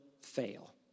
fail